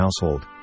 household